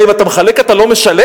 מה, אם אתה מחלק אתה לא משלם?